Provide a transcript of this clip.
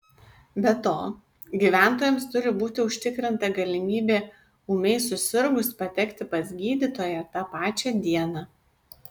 be to gyventojams turi būti užtikrinta galimybė ūmiai susirgus patekti pas gydytoją tą pačią dieną